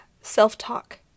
self-talk